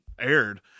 aired